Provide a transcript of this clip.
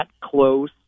close